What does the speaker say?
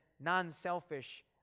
non-selfish